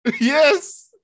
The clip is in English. Yes